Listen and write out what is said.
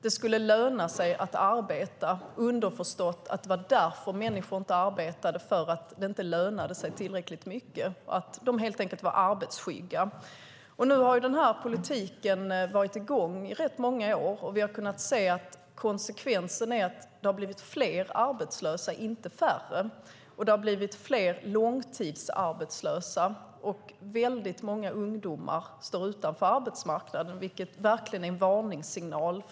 Det skulle löna sig att arbeta - underförstått att människor inte arbetade därför att det inte lönade sig tillräckligt mycket, att människor helt enkelt var arbetsskygga. Nu har den här politiken varit i gång rätt många år. Vi har kunnat se att konsekvensen är fler arbetslösa, inte färre, och fler långtidsarbetslösa. Väldigt många ungdomar står utanför arbetsmarknaden, vilket verkligen är en varningssignal.